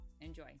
Enjoy